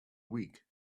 week